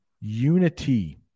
unity